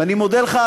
ואני מודה לך,